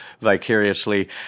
vicariously